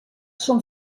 són